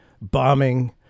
bombing